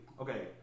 Okay